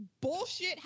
bullshit